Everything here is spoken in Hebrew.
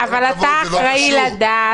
אתה אחראי לדעת.